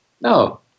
No